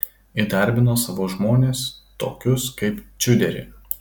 įdarbino savo žmones tokius kaip čiuderį